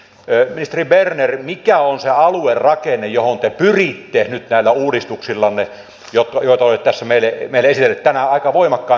ministeri berner mikä on se aluerakenne johon te pyritte nyt näillä uudistuksillanne joita olette tässä meille esitellyt näinä aika voimakkaan keskittymisen aikoina